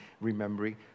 remembering